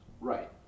Right